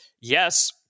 yes